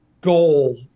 goal